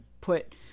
put